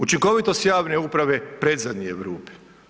Učinkovitost javne uprave predzadnji u Europi.